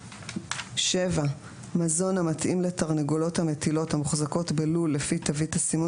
מזון התאים לתרנגולות המטילות המוחזקות בלול לפי תווית הסימון